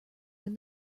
when